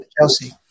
Chelsea